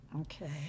Okay